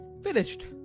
Finished